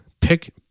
Pick